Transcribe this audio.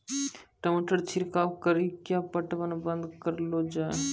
टमाटर छिड़काव कड़ी क्या पटवन बंद करऽ लो जाए?